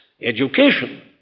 Education